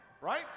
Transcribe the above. right